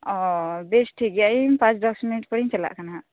ᱚᱻ ᱵᱮᱥ ᱴᱷᱤᱠ ᱜᱮᱭᱟ ᱤᱧ ᱯᱟᱸᱪ ᱫᱚᱥ ᱢᱤᱱᱤᱴ ᱯᱚᱨᱮᱧ ᱪᱟᱞᱟᱜ ᱠᱟᱱᱟ ᱦᱟᱸᱜ